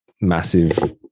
massive